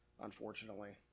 unfortunately